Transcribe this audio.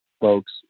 folks